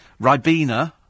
Ribena